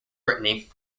brittany